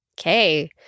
Okay